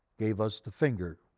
gave us the finger,